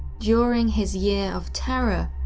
during his year of terror,